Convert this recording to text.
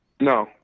no